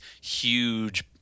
huge